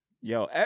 Yo